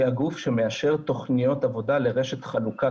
הגוף שמאשר תוכניות עבודה למשק חלוקת